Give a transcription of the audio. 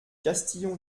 castillon